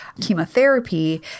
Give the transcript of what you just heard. chemotherapy